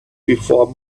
before